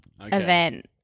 event